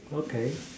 okay